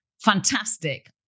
fantastic